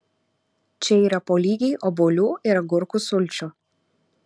čia yra po lygiai obuolių ir agurkų sulčių